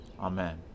Amen